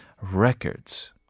records